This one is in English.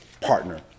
partner